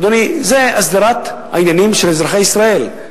אדוני, זו הסדרת העניינים של אזרחי ישראל.